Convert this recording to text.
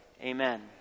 Amen